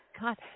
god